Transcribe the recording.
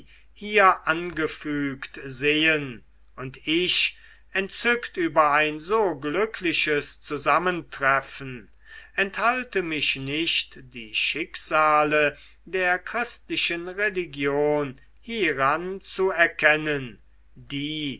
hier angefügt sehen und ich entzückt über ein so glückliches zusammentreffen enthalte mich nicht die schicksale der christlichen religion hieran zu erkennen die